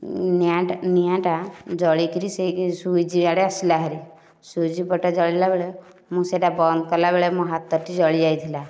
ନିଆଁଟା ନିଆଁଟା ଜଳିକିରି ସେ ସୁଇଚ୍ ଆଡ଼େ ଆସିଲା ହାରି ସୁଇଚ୍ ପଟ ଜଳିଲା ବେଳେ ମୁଁ ସେହିଟା ବନ୍ଦ କରିଲାବେଳେ ମୋ ହାତଟି ଜଳିଯାଇଥିଲା